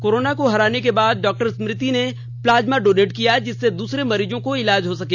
corona को हराने के बाद डॉक्टर स्मृति ने प्लाज्मा डोनेट किया जिससे दूसरे मरीजों का इलाज हो सके